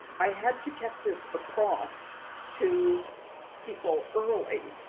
i had to get this across to people early,